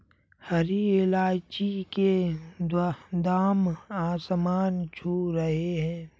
हरी इलायची के दाम आसमान छू रहे हैं